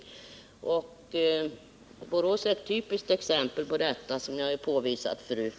Borås är ett typiskt exempel på detta, som jag påvisat förut.